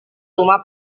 rumah